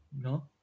no